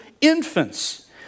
infants